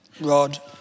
Rod